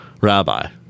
rabbi